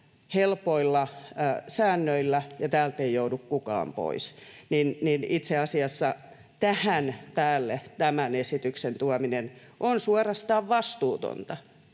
helpoilla säännöillä ja täältä ei joudu kukaan pois — niin itse asiassa tähän päälle tämän esityksen tuominen on suorastaan vastuutonta.